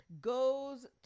goes